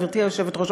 גברתי היושבת-ראש,